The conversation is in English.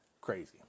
crazy